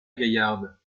gaillarde